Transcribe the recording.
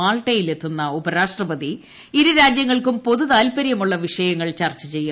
മാൾട്ടയിലെത്തുന്ന ഉപ്പൽഷ്ട്രപതി ഇരു രാജ്യങ്ങൾക്കും പൊതുതാൽപര്യമുള്ള പ്പ്പിഷയങ്ങൾ ചർച്ചചെയ്യും